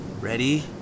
Ready